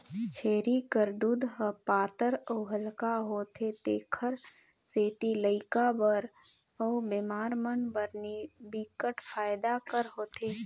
छेरी कर दूद ह पातर अउ हल्का होथे तेखर सेती लइका बर अउ बेमार मन बर बिकट फायदा कर होथे